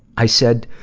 i said,